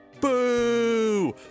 Boo